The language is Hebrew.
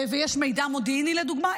ויש מידע מודיעיני לדוגמה,